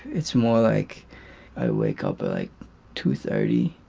it's more like i wake up like to thirty